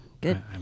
good